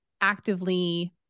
actively